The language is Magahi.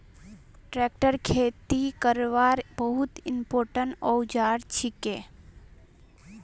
ट्रैक्टर खेती करवार बहुत इंपोर्टेंट औजार छिके